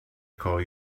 call